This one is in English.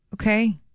Okay